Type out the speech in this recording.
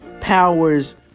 powers